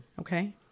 Okay